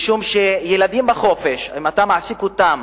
ילדים בחופש, אם אתה מעסיק אותם